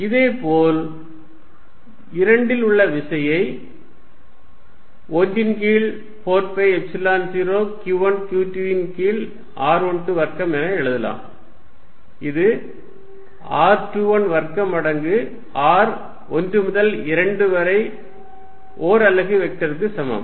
F114π0q1q2r122r12 இதேபோல் 2 இல் உள்ள விசையை 1 ன் கீழ் 4 பை எப்சிலன் 0 q1 q2 ன் கீழ் r12 வர்க்கம் என எழுதலாம் இது r21 வர்க்கம் மடங்கு r 1 முதல் 2 ஓர் அலகு வெக்டருக்கு சமம்